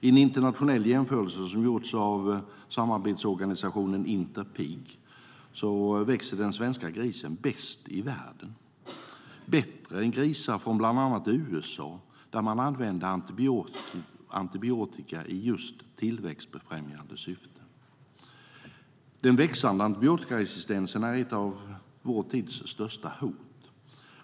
I en internationell jämförelse som har gjorts av samarbetsorganisationen Interpig växer den svenska grisen bäst i världen - bättre än grisar från bland annat USA, där man använder antibiotika i just tillväxtfrämjande syfte. Den växande antibiotikaresistensen är ett av vår tids största hot.